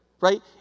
right